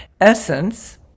essence